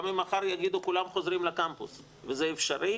גם אם מחר יגידו שכולם חוזרים לקמפוס וזה אפשרי,